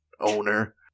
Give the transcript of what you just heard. owner